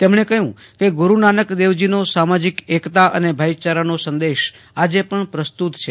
તેમણે કહયું કે ગુરૂનાનક દેવજીને સામાજીક એકતા અને ભાઈચારાનો સંદેશ આજે પણ પ્રસ્તુત છે